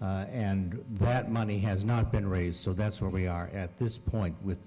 and that money has not been raised so that's where we are at this point with the